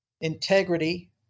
integrity